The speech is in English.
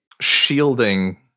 shielding